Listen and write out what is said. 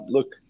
Look